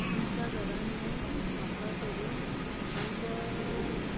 आमच्या घरांत न्हू म्हाका सोडून आमचो